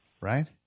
Right